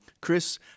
Chris